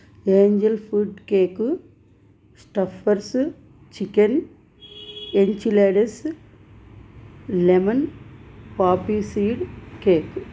Angel food cake stuffed chicken enchiladas lemon poppyseed cake